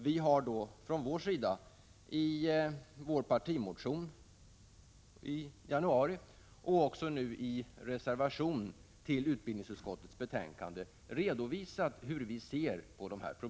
Vi har från vår sida i en partimotion i januari och även nu i en reservation till utbildningsutskottets betänkande redovisat hur vi ser på detta.